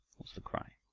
was the cry.